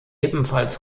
ebenfalls